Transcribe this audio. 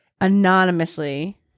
anonymously